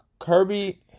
Kirby